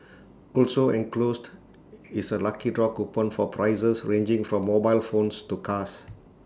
also enclosed is A lucky draw coupon for prizes ranging from mobile phones to cars